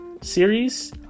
series